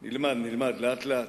נלמד, נלמד, לאט-לאט.